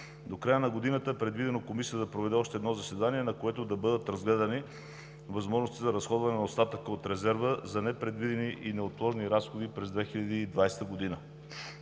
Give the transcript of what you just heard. До края на годината е предвидено Комисията да проведе още едно заседание, на което да бъдат разгледани възможностите за разходване на остатъка от резерва за непредвидени и неотложни разходи през 2020 г.